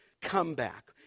comeback